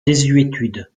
désuétude